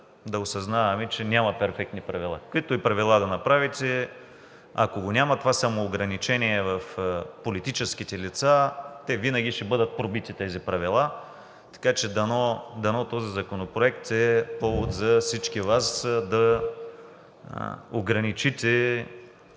да осъзнаваме, че няма перфектни правила. Каквито и правила да направите, ако го няма това самоограничение в политическите лица, винаги ще бъдат пробити тези правила. Така че дано този законопроект е повод за всички Вас да ограничите